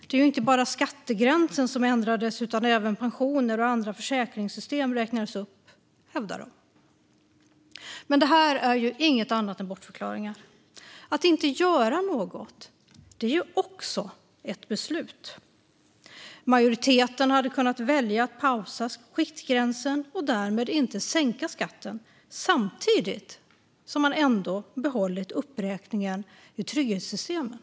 Det var ju inte bara skattegränsen som ändrades utan även pensioner och andra försäkringssystem som räknades upp, hävdar de. Detta är inget annat än bortförklaringar. Att inte göra något är också ett beslut. Majoriteten hade kunnat välja att pausa skiktgränsen och därmed inte sänka skatten och samtidigt behålla uppräkningarna i trygghetssystemen.